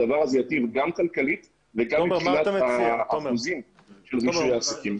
הדבר הזה ייטיב גם כלכלית וגם מבחינת האחוזים של רישוי עסקים.